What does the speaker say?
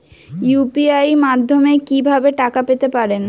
UPI মাধ্যমে কি ভাবে টাকা পেতে পারেন?